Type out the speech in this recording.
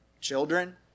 children